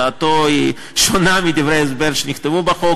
דעתו שונה מדברי ההסבר של החוק,